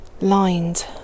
lined